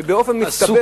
ובאופן מצטבר.